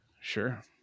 Sure